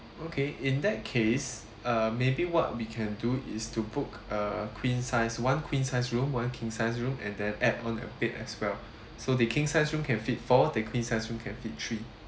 okay in that case uh maybe what we can do is to book a queen size one queen size room one king size room and then add on a bed as well so the king size room can fit four the queen size room can fit three